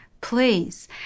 please